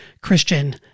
Christian